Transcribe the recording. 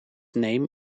name